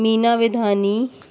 Meena Vidhani